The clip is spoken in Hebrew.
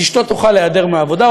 אז אשתו תוכל להיעדר מהעבודה,